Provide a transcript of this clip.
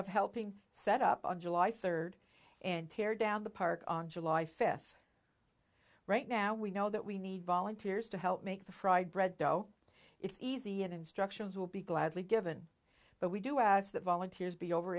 of helping set up on july third and tear down the park on july fifth right now we know that we need volunteers to help make the fried bread dough it's easy and instructions will be gladly given but we do as the volunteers be over